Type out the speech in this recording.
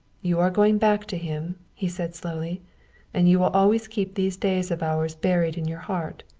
you are going back to him, he said slowly and you will always keep these days of ours buried in your heart.